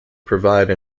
provide